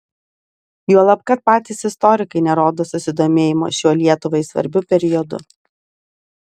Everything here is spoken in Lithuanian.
juolab kad patys istorikai nerodo susidomėjimo šiuo lietuvai svarbiu periodu